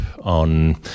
on